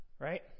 right